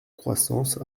croissance